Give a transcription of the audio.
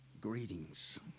greetings